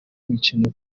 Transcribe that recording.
imikino